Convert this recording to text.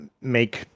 make